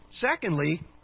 Secondly